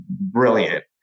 brilliant